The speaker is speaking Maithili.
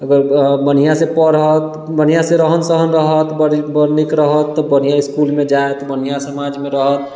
अगर बढ़िआँसँ पढ़त बढ़िआँसँ रहन सहन रहत बड़ नीक रहत तऽ बढ़िआँ इसकुलमे जाएत बढ़िआँ समाजमे रहत